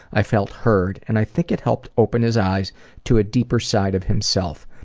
i felt heard, and i think it helped open his eyes to a deeper side of himself.